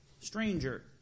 stranger